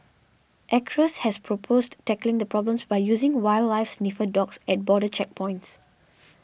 Acres has proposed tackling the problems by using wildlife sniffer dogs at border checkpoints